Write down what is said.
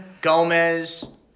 Gomez